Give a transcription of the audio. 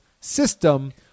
system